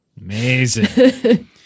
Amazing